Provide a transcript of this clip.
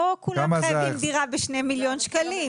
לא כולם חייבים דירה בשני מיליון שקלים.